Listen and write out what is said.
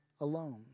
alone